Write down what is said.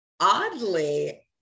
oddly